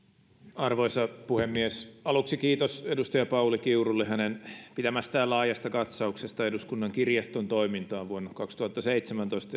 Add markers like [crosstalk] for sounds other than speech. arvoisa puhemies aluksi kiitos edustaja pauli kiurulle hänen pitämästään laajasta katsauksesta eduskunnan kirjaston toimintaan vuonna kaksituhattaseitsemäntoista [unintelligible]